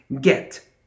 Get